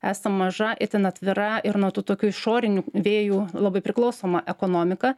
esam maža itin atvira ir nuo tų tokių išorinių vėjų labai priklausoma ekonomika